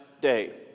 day